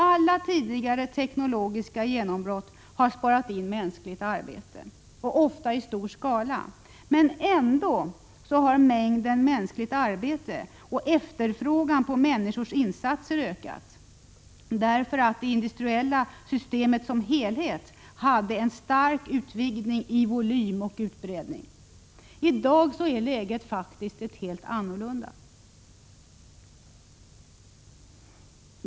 Alla tidigare teknologiska genombrott har sparat in mänskligt arbete, ofta i stor skala, men samtidigt har mängden mänskligt arbete och efterfrågan på människors insatser ökat inom andra områden, därför att det industriella systemet som helhet ökat starkt i volym och utbredning. I dag är läget faktiskt helt annorlunda.